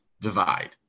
divide